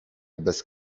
bez